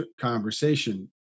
conversation